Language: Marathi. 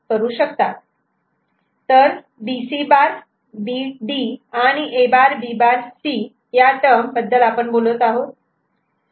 तर B C' B D आणि A' B' C या टर्म बद्दल आपण बोलत आहोत